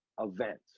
event